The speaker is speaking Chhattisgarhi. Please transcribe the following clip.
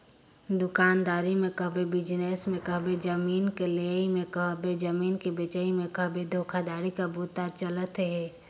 दुकानदारी में कहबे, बिजनेस में कहबे, जमीन कर लेहई में कहबे चहे जमीन कर बेंचई में कहबे धोखाघड़ी कर बूता हर चलते अहे